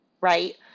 right